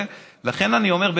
לכן אני אומר,